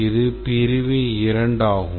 இது பிரிவு 2 ஆகும்